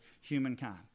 humankind